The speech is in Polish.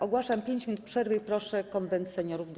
Ogłaszam 5 minut przerwy i proszę Konwent Seniorów do